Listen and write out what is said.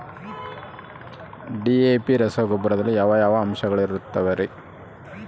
DAP ರಸಗೊಬ್ಬರದಲ್ಲಿ ಯಾವ ಯಾವ ಅಂಶಗಳಿರುತ್ತವರಿ?